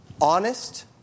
honest